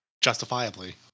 Justifiably